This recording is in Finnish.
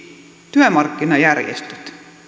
työmarkkinajärjestöt